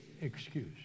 excuse